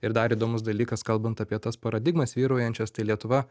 ir dar įdomus dalykas kalbant apie tas paradigmas vyraujančias tai lietuva